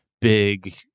big